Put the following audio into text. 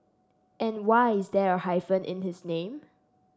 and why is there a hyphen in his name